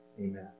Amen